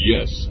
Yes